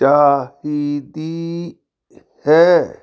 ਚਾਹੀਦੀ ਹੈ